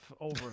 over